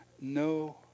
no